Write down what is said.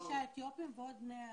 26 אתיופים ועוד בני מיעוטים.